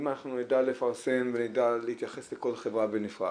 אם אנחנו נדע לפרסם ונדע להתייחס לכל חברה בנפרד,